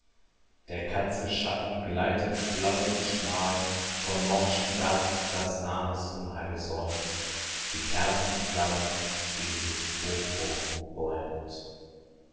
der katze schatten gleitet blau und schmal vom morschen dach das nahes unheil säumt die kerzenflamme die sich purpurn bäumt